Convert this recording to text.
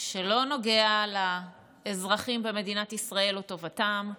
שלא נוגע לאזרחים במדינת ישראל או לטובתם,